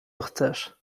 chcesz